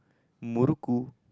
murukku